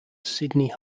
sidney